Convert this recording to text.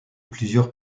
plusieurs